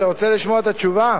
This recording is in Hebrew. אתה רוצה לשמוע את התשובה?